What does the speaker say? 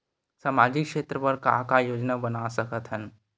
सामाजिक क्षेत्र बर का का योजना बना सकत हन?